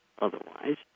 otherwise